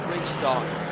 restart